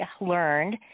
learned